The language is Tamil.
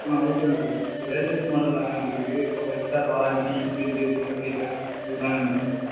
ஆ ஓகே தான் சார் இது லேட்டஸ்ட்டு மாடல் நிறைய வந்துருக்குது இப்போ five star warranty inbuilt stabilizer இது மாதிரி வந்துருக்குது சார்